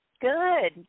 Good